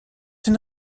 den